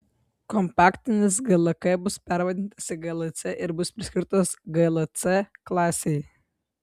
kompaktinis glk bus pervadintas į glc ir bus priskirtas gl c klasei